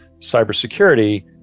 cybersecurity